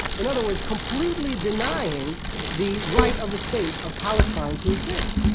in other words, completely denying the right of a state of palestine to exist.